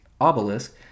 obelisk